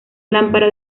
lámpara